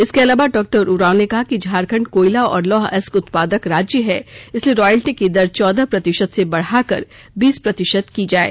इसके अलावा डॉ उरांव ने कहा कि झारखंड कोयला और लौह अयस्क उत्पादक राज्य है इसलिए रॉयल्टी की दर चौदह प्रतिशत से बढ़ाकर बीस प्रतिशत की जाये